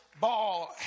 ball